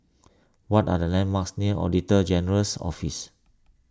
what are the landmarks near Auditor General's Office